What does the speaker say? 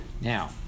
Now